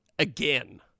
Again